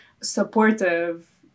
supportive